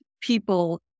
people